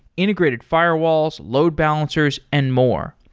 integrated firewalls, load balancers and more.